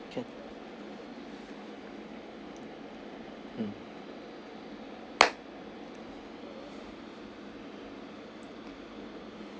can mm